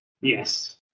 Yes